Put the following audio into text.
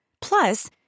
Plus